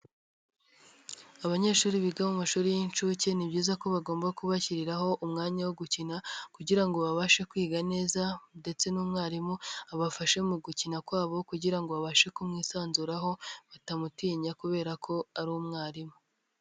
Abanyeshuri biga mu mashuri y'inshuke ni byiza ko bagomba kubashyiriraho umwanya wo gukina kugira ngo babashe kwiga neza ndetse n'umwarimu abafashe mu gukina kwabo kugira ngo babashe kumwisanzuraho batamutinya kubera ko ari umwarimu.